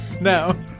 No